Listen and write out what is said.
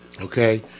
Okay